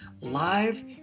live